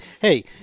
hey